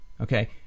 Okay